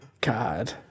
god